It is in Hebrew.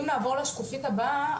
אם נעבור לשקופית הבאה,